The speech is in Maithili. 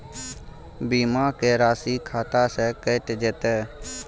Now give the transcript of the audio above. बीमा के राशि खाता से कैट जेतै?